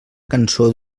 cançó